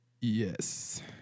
Yes